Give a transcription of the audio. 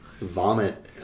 vomit